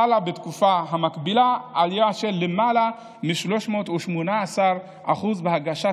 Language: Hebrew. חלה בתקופה המקבילה עלייה של למעלה מ-318% בהגשת